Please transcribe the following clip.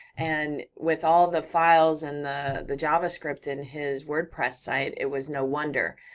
and with all the files and the the javascript in his wordpress site, it was no wonder.